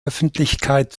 öffentlichkeit